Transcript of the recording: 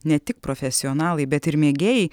ne tik profesionalai bet ir mėgėjai